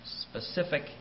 specific